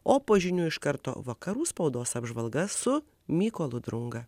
o po žinių iš karto vakarų spaudos apžvalga su mykolu drunga